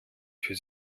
für